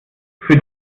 für